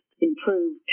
improved